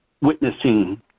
witnessing